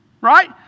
Right